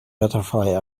butterfly